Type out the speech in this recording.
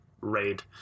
raid